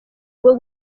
bwo